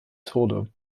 tode